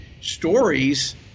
stories